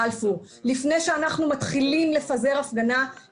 הנהלים שלכם שאני קוראת, ממש לא מתאימה לנהלים.